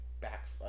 back